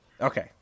Okay